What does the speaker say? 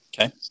Okay